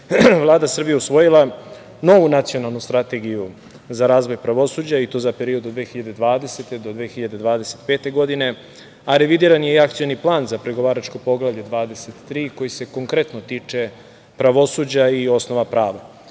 Vlada Srbije, usvojila, novu nacionalnu strategiju za razvoj pravosuđa i to za period 2020. do 2025. godine, a revidiran je i akcioni plan za pregovaračko poglavlje 23. koji se konkretno tiče, pravosuđa i osnova prava. Nova